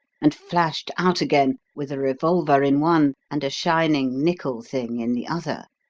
and flashed out again with a revolver in one and a shining nickel thing in the other.